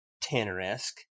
Tanner-esque